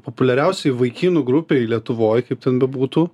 populiariausioj vaikinų grupėj lietuvoj kaip ten bebūtų